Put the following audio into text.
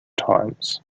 times